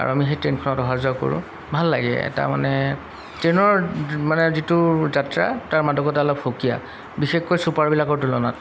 আৰু আমি সেই ট্ৰেইনখনত অহা যোৱা কৰোঁ ভাল লাগে এটা মানে ট্ৰেইনৰ মানে যিটো যাত্ৰা তাৰ মাদকতে অলপ সুকীয়া বিশেষকৈ চুপাৰবিলাকৰ তুলনাত